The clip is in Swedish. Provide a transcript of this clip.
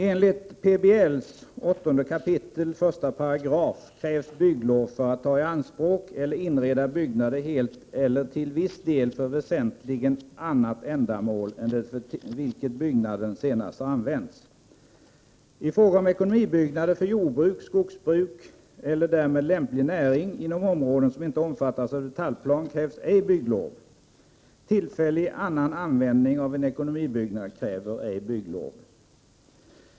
Enligt PBL 8 kap. 1§ krävs bygglov för att ”ta i anspråk eller inreda byggnader helt eller till viss del för väsentligen annat ändamål än det för vilket byggnaden senast har använts”.